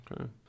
Okay